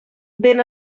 ben